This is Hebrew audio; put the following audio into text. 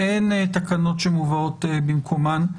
ואין תקנות שבמובאות במקומן.